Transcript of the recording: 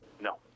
No